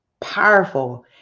powerful